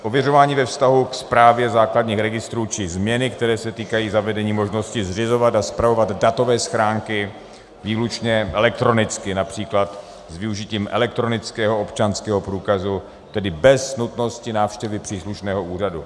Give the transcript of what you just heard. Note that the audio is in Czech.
Ověřování ve vztahu ke správě základních registrů či změny, které se týkají zavedení možnosti zřizovat a spravovat datové schránky výlučně elektronicky, např. s využitím elektronického občanského průkazu, tedy bez nutnosti návštěvy příslušného úřadu.